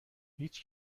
هیچ